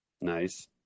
Nice